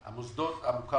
מוסדות הפטור